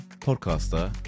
podcaster